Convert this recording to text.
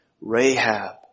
Rahab